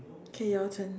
K your turn